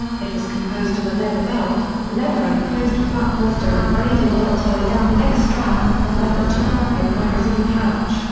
it was composed of a leather belt, leather enclosed flap-holster with braided leather tie-down leg strap, leather two-pocket magazine pouch,